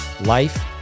life